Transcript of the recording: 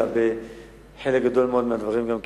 אלא חלק גדול מהדברים גם מסולפים,